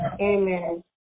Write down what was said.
Amen